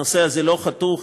הנושא הזה לא חתוך,